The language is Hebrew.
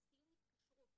זה סיום התקשרות,